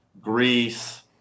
greece